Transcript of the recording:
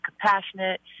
compassionate